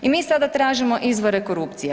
I mi sada tražimo izvore korupcije.